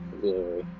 glory